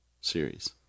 series